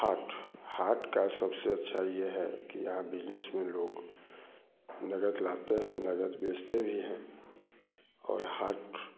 हाट हाट का सबसे अच्छा ये है कि यहाँ बिजनेस में लोग नगद लते हैं नगद बेचते भी हैं और हाट